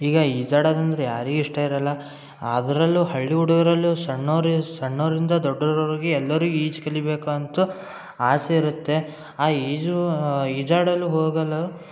ಈಗ ಈಜಾಡೋದಂದ್ರ ಯಾರಿಗೆ ಇಷ್ಟ ಇರಲ್ಲ ಅದರಲ್ಲು ಹಳ್ಳಿ ಹುಡುಗರಲ್ಲೂ ಸಣ್ಣವ್ರು ಸಣ್ಣವರಿಂದ ದೊಡ್ಡವ್ರ್ವರ್ಗು ಎಲ್ಲರಿಗೆ ಈಜು ಕಲಿಬೇಕಂತು ಆಸೆ ಇರುತ್ತೆ ಆ ಈಜು ಈಜಾಡಲು ಹೋಗಲು